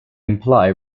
imply